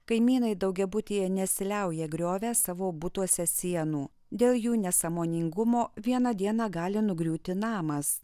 kaimynai daugiabutyje nesiliauja griovę savo butuose sienų dėl jų nesąmoningumo vieną dieną gali nugriūti namas